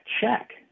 check